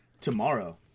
tomorrow